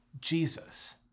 Jesus